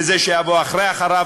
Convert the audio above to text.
וזה שיבוא אחרי אחריו,